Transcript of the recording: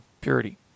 purity